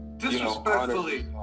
Disrespectfully